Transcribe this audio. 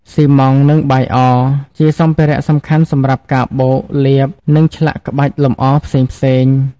ស៊ីម៉ង់ត៍ និងបាយអរ ជាសម្ភារៈសំខាន់សម្រាប់ការបូក លាប និងឆ្លាក់ក្បាច់លម្អផ្សេងៗ។